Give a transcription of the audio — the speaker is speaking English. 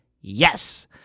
yes